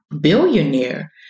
billionaire